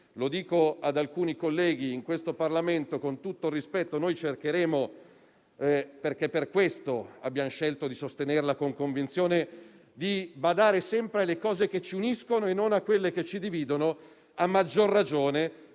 Lo dico ad alcuni colleghi in questo Parlamento, con tutto il rispetto: poiché è per questo che abbiamo scelto di sostenerla con convinzione, cercheremo di badare sempre alle cose che ci uniscono e non a quelle che ci dividono; a maggior ragione,